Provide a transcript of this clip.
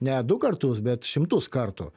ne du kartus bet šimtus kartų